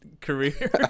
career